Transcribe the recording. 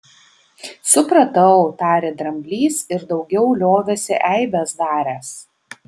supratau tarė dramblys ir daugiau liovėsi eibes daręs